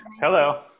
Hello